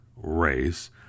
race